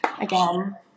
again